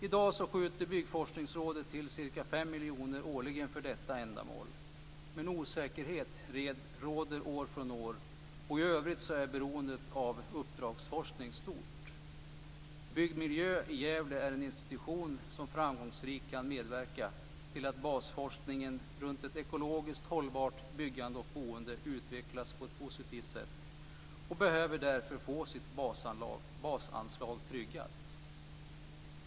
I dag skjuter Byggforskningsrådet till ca 5 miljoner kronor årligen för detta ändamål, men osäkerhet råder år från år, och i övrigt är beroendet av uppdragsforskning stort. Byggd miljö i Gävle är en institution som framgångsrikt kan medverka till att basforskningen runt ett ekologiskt hållbart byggande och boende utvecklas på ett positivt sätt och behöver därför få sitt basanslag tryggat.